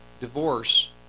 divorce